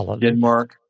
Denmark